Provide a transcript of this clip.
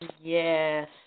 Yes